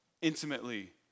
intimately